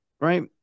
right